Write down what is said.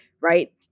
right